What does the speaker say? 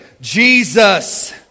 Jesus